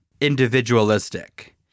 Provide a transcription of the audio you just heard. individualistic